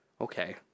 Okay